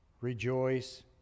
Rejoice